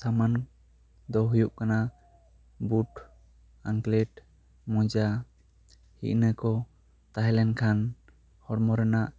ᱥᱟᱢᱟᱱ ᱫᱚ ᱦᱩᱭᱩᱜ ᱠᱟᱱᱟ ᱵᱩᱴ ᱮᱝᱠᱞᱮᱴ ᱢᱚᱡᱟ ᱤᱱᱟᱹᱜ ᱠᱚ ᱛᱟᱦᱮᱸᱞᱮᱱ ᱠᱷᱟᱱ ᱦᱚᱲᱢᱚ ᱨᱮᱱᱟᱜ